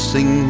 Sing